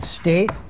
State